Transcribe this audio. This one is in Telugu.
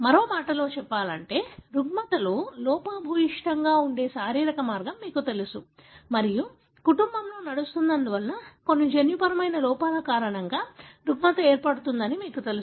మరో మాటలో చెప్పాలంటే రుగ్మతలో లోపభూయిష్టంగా ఉండే శారీరక మార్గం మీకు తెలుసు మరియు కుటుంబంలో నడుస్తున్నందున కొన్ని జన్యుపరమైన లోపాల కారణంగా రుగ్మత ఏర్పడుతుందని మీకు తెలుసు